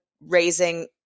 raising